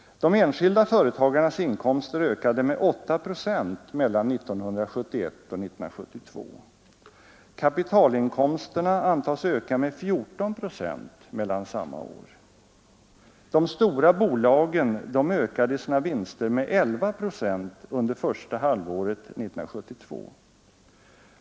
De enskilda företagarnas inkomster ökade med 8 procent mellan 1971 och 1972. Kapitalinkomsterna antas öka med 14 procent mellan samma år. De stora bolagen ökade sina vinster med 11 procent under första halvåret 1972.